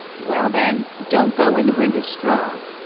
well then, don't go when the wind is strong,